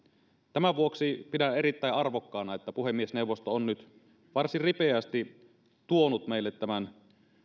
tämän vuoksi pidän erittäin arvokkaana että puhemiesneuvosto on nyt varsin ripeästi tuonut meille tämän